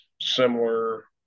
similar